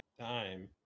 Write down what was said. time